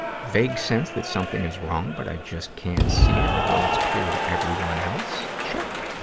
vague sense that something is wrong, but i just can't see it, although it's clear to everyone else check.